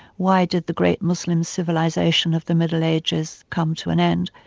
why did the great muslim civilisation of the middle ages come to an end?